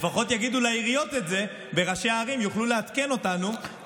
לפחות יגידו לעיריות את זה וראשי הערים יוכלו לעדכן אותנו,